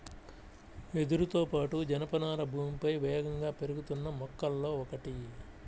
వెదురుతో పాటు, జనపనార భూమిపై వేగంగా పెరుగుతున్న మొక్కలలో ఒకటి